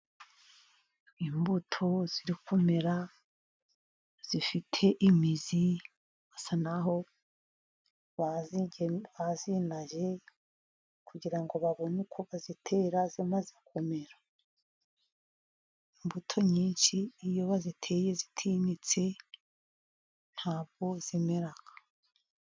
Imbuto ziri kumerara zifite imizi, basa naho bazinaje, kugira ngo babone uko bazitera zimaze kumera. Imbuto nyinshi iyo baziteye zitinyitse, nta bwo zimera.